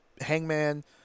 Hangman